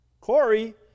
Corey